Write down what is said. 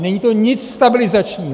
Není to nic stabilizačního.